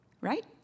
Right